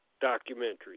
documentary